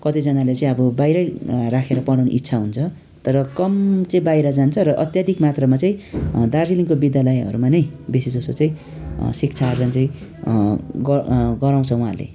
कतजनाले चाहिँ अब बाहिरै राखेर पढाउने इच्छा हुन्छ तर कम चाहिँ बाहिर जान्छ र अत्याधिक मात्रामा चाहिँ दार्जिलिङको विद्यालयहरूमा नै बेसी जस्तो चाहिँ शिक्षा आर्जन चाहिँ गर गराउँछ उहाँहरूले